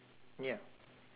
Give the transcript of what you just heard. ya